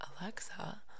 Alexa